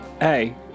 hey